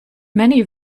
many